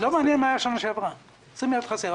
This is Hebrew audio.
לא מעניין מה היה בשנה שעברה 20 מיליארד חסרים.